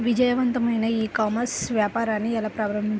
విజయవంతమైన e commerce వ్యాపారాన్ని ఎలా ప్రారంభించాలి?